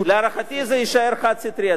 אבל להערכתי זה יישאר חד-סטרי,